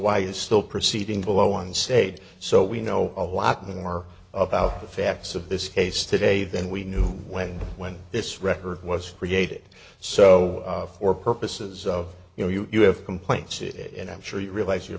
why is still proceeding below one sade so we know a lot more about the facts of this case today than we knew when when this record was created so for purposes of you know you you have complaints it and i'm sure you re